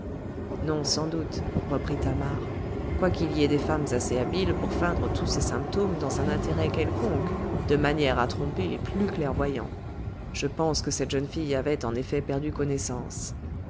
non sans doute reprit thamar quoiqu'il y ait des femmes assez habiles pour feindre tous ces symptômes dans un intérêt quelconque de manière à tromper les plus clairvoyants je pense que cette jeune fille avait en effet perdu connaissance